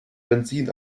benzin